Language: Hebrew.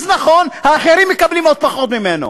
אז נכון, האחרים מקבלים עוד פחות ממנו.